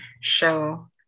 show